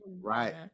right